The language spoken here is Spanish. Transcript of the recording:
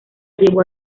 llevó